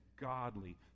godly